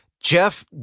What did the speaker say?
Jeff